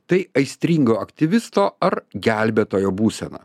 tai aistringo aktyvisto ar gelbėtojo būsena